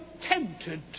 tempted